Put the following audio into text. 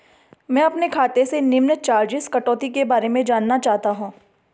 मैं अपने खाते से निम्न चार्जिज़ कटौती के बारे में जानना चाहता हूँ?